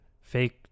fake